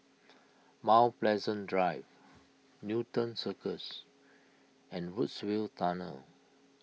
Mount Pleasant Drive Newton Circus and Woodsville Tunnel